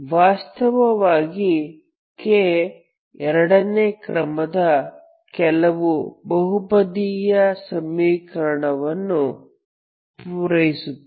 ವಾಸ್ತವವಾಗಿ k ಎರಡನೇ ಕ್ರಮದ ಕೆಲವು ಬಹುಪದೀಯ ಸಮೀಕರಣವನ್ನು ಪೂರೈಸುತ್ತದೆ